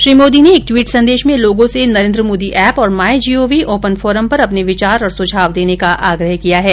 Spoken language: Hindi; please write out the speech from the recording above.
श्री मोदी ने एक ट्वीट संदेश में लोगों से नरेन्द्र मोदी ऐप और my G O V open forum पर अपने विचार और सुझाव देने का आग्रह किया है